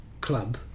club